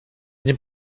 nie